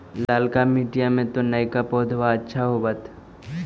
ललका मिटीया मे तो नयका पौधबा अच्छा होबत?